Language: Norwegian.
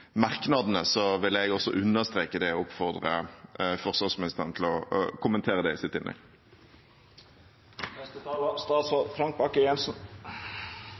merknadene, vil også jeg understreke det og oppfordre forsvarsministeren til å kommentere det i sitt innlegg.